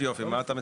מה אתה מציע?